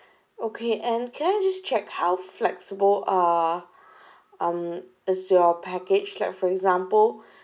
okay and can I just check how flexible uh um is your package like for example